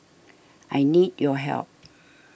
I need your help